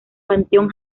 panteón